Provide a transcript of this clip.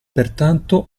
pertanto